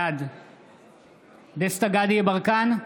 בעד דסטה גדי יברקן,